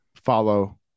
follow